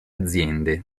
aziende